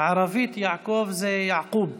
בערבית יעקב זה יעקוב.